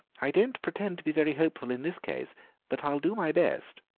i don't pretend to be very hopeful in this case but i'll do my best.